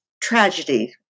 tragedy